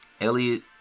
Elliot